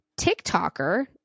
tiktoker